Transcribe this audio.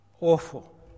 Awful